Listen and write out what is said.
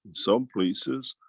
some places,